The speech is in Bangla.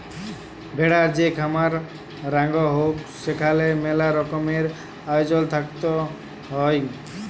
ভেড়ার যে খামার রাখাঙ হউক সেখালে মেলা রকমের আয়জল থাকত হ্যয়